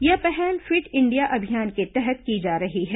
यह पहल fit India अभियान के तहत की जा रही है